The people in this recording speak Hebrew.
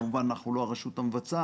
כמובן אנחנו לא הרשות המבצעת